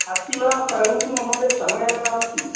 अस्ति वा परन्तु महोदय समयः नास्ति